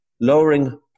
lowering